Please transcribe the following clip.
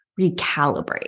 recalibrate